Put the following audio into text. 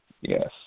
Yes